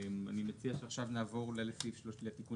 אני מציע שעכשיו נעבור אולי לתיקון